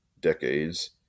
decades